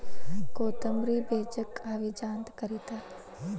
ಕೊತ್ತಂಬ್ರಿ ಬೇಜಕ್ಕ ಹವಿಜಾ ಅಂತ ಕರಿತಾರ